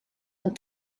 and